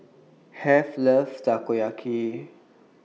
Heath loves Takoyaki